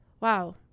wow